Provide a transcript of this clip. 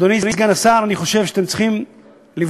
אדוני סגן השר, אני חושב שאתם צריכים לבדוק.